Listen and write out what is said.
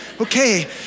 okay